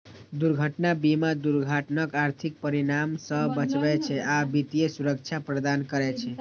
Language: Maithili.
दुर्घटना बीमा दुर्घटनाक आर्थिक परिणाम सं बचबै छै आ वित्तीय सुरक्षा प्रदान करै छै